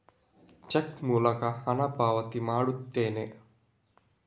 check ಮೂಲಕ ಹಣ ಪಾವತಿ ಮಾಡುತ್ತೇನೆ